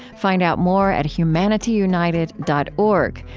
find out more at humanityunited dot org,